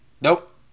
Nope